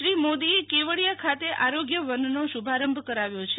શ્રી મોદીએ કેવડિયા ખાતે આરોગ્ય વનનો શુ ભારંભ કરાવ્યો છે